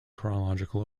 chronological